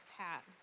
Pat